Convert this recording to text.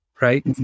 right